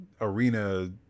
Arena